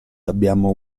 abbiamo